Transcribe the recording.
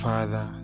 Father